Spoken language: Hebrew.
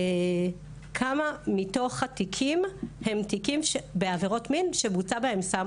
כמה מתוך התיקים הם תיקים בעבירות מין שבוצע בהם סם אונס.